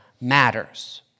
matters